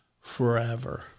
forever